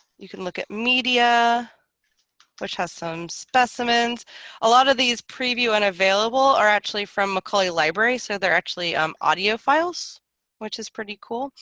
you can look at media which has some specimens a lot of these preview and available are actually from mccullough library so they're actually um audio files which is pretty cool.